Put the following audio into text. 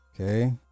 okay